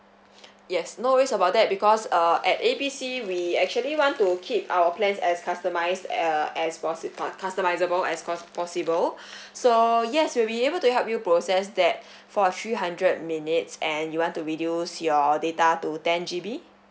yes no worries about that because uh at A B C we actually want to keep our plans as customise err as possible uh customizable as pos~ possible so yes we'll be able to help you process that for a three hundred minutes and you want to reduce your data to ten G_B